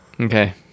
Okay